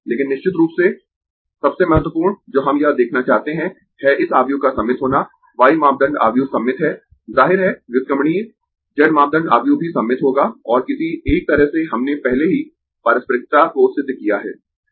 लेकिन निश्चित रूप से सबसे महत्वपूर्ण जो हम यह देखना चाहते है है इस आव्यूह का सममित होना y मापदंड आव्यूह सममित है जाहिर है व्युत्क्रमणीय z मापदंड आव्यूह भी सममित होगा और किसी एक तरह से हमने पहले ही पारस्परिकता को सिद्ध किया है